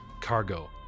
cargo